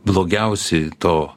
blogiausi to